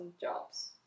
jobs